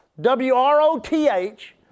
W-R-O-T-H